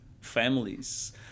families